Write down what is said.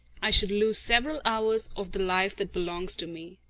i should lose several hours of the life that belongs to me.